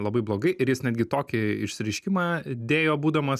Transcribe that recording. labai blogai ir jis netgi tokį išsireiškimą dėjo būdamas